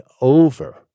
over